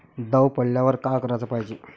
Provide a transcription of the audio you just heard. दव पडल्यावर का कराच पायजे?